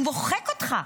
הוא מוחק אותך.